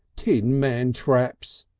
tin mantraps!